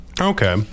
Okay